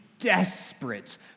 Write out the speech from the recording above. desperate